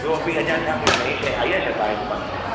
ॿियों बि अञा छा कोई नई शइ आई आहे छा तव्हांजे दुकान में